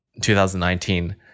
2019